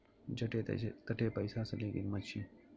जठे तठे पैसासले किंमत शे